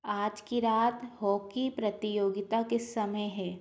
आज की रात होकी प्रतियोगिता किस समय है